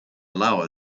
allow